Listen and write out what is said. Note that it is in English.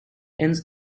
ends